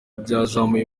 byazamuye